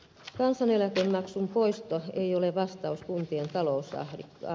kansaneläkemaksun poisto ei ole vastaus kuntien talousahdinkoon